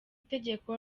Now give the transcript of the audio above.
tegeko